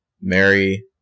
Mary